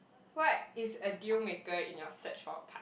what is a deal maker in your search for a part~